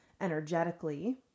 energetically